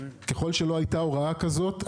ככול שלא הייתה הוראה כזאת,